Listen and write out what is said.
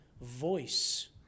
voice